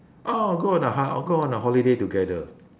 oh go on a ho~ uh go on a holiday together